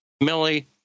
Millie